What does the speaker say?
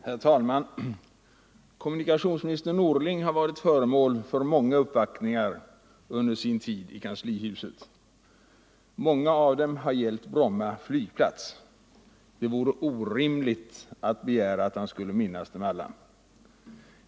Herr talman! Kommunikationsminister Norling har varit föremål för en mängd uppvaktningar under sin tid i kanslihuset. Många av dem har gällt Bromma flygplats. Det vore orimligt att begära att han skulle minnas dem alla.